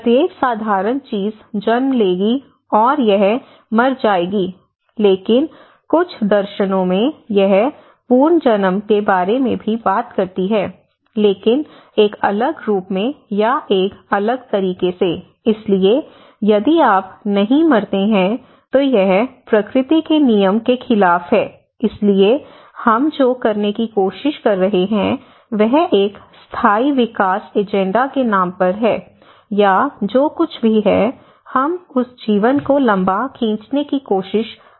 प्रत्येक साधारण चीज जन्म लेगी और यह मर जाएगी लेकिन कुछ दर्शनों में यह पुनर्जन्म के बारे में भी बात करती है लेकिन एक अलग रूप में या एक अलग तरीके से इसलिए यदि आप नहीं मरते हैं तो यह प्रकृति के नियम के खिलाफ है इसलिए हम जो करने की कोशिश कर रहे हैं वह एक स्थायी विकास एजेंडा के नाम पर है या जो कुछ भी है हम उस जीवन को लम्बा खींचने की कोशिश कर रहे हैं